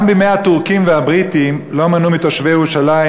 גם בימי הטורקים והבריטים לא מנעו מתושבי ירושלים